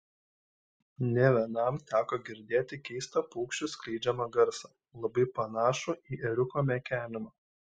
ne vienam teko girdėti keistą paukščių skleidžiamą garsą labai panašų į ėriuko mekenimą